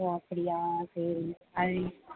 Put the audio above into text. ஓ அப்படியா சரி